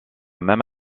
même